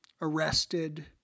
arrested